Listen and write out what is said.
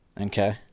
Okay